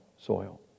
soil